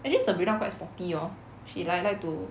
actually sabrina quite sporty hor she like like to